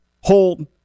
hold